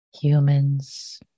humans